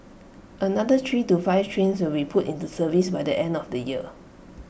another three to five trains will be put into service by the end of the year